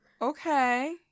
Okay